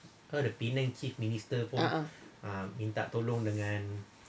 a'ah